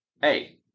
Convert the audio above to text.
hey